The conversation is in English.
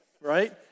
right